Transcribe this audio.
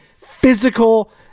Physical